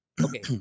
okay